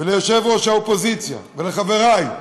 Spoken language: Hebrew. וליושב-ראש האופוזיציה, ולחברי,